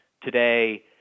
Today